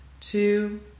two